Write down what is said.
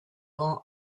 rend